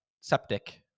septic